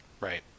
Right